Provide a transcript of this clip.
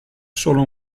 solo